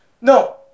No